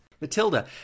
Matilda